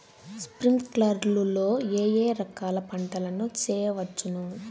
స్ప్రింక్లర్లు లో ఏ ఏ రకాల పంటల ను చేయవచ్చును?